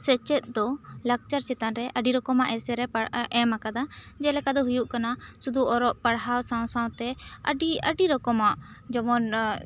ᱥᱮᱪᱮᱫ ᱫᱚ ᱞᱟᱠᱪᱟᱨ ᱪᱮᱛᱟᱱ ᱨᱮ ᱟᱹᱰᱤ ᱨᱚᱠᱚᱢᱟᱜ ᱮᱥᱮᱨᱮ ᱮᱢ ᱟᱠᱟᱫᱟ ᱡᱮ ᱞᱮᱠᱟ ᱫᱚ ᱦᱩᱭᱩᱜ ᱠᱟᱱᱟ ᱥᱩᱫᱩ ᱚᱨᱚᱜ ᱯᱟᱲᱦᱟᱣ ᱥᱟᱶ ᱥᱟᱶ ᱛᱮ ᱟᱹᱰᱤ ᱟᱹᱰᱤ ᱨᱚᱠᱚᱢᱟᱜ ᱡᱮᱢᱚᱱ